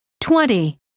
twenty